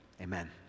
Amen